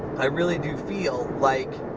i really do feel like